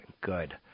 good